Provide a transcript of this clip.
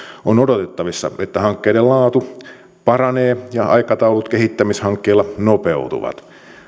on odotettavissa että hankkeiden laatu paranee ja aikataulut kehittämishankkeilla nopeutuvat